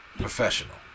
professional